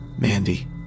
Mandy